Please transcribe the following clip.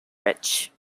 rich